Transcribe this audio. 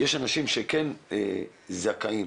יש אנשים שכן זכאים